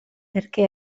perché